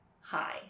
Hi